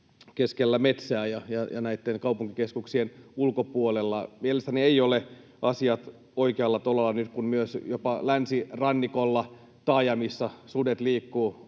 keskellä metsää ja näitten kaupunkikeskuksien ulkopuolella. Mielestäni eivät ole asiat oikealla tolalla nyt, kun myös jopa länsirannikolla taajamissa sudet liikkuvat